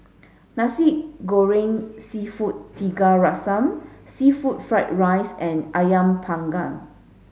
Nasi Goreng Seafood Tiga Rasa seafood fried rice and Ayam panggang